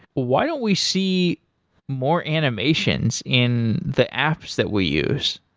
why don't we see more animations in the apps that we use?